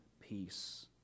peace